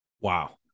Wow